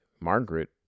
Margaret